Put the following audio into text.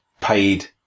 paid